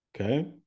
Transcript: Okay